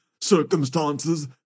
circumstances